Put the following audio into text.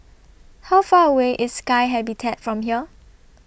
How Far away IS Sky Habitat from here